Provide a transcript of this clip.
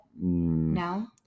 No